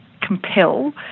compel